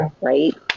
right